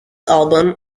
album